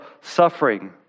suffering